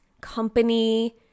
company